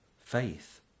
faith